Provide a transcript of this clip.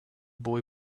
boy